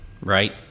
right